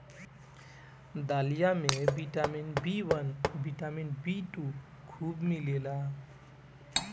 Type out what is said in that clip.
दलिया में vitamin B one, vitamin B two खूब मिलेला